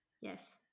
Yes